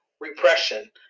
repression